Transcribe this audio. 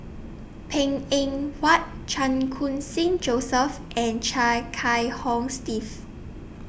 Png Eng Huat Chan Khun Sing Joseph and Chia Kiah Hong Steve